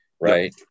right